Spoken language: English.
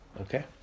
Okay